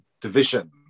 division